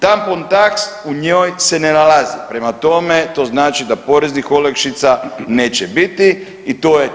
Tampon tax u njoj se ne nalazi, prema tome, to znači da poreznih olakšica neće biti i to je to.